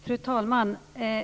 Fru talman!